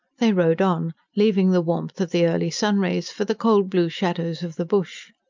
they rode on, leaving the warmth of the early sun-rays for the cold blue shadows of the bush.